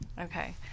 Okay